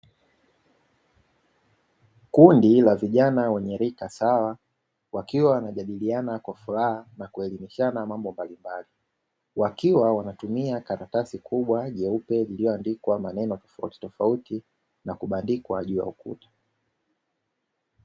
Kundi la vijana wenye rika sawa, wakiwa wanajadiliana kwa furaha na kushirikishana mambo mbalimbali, wakiwa wanatumia karatasi kubwa nyeupe iliyoandikwa maneno tofauti na kubandikwa juu ya ukuta.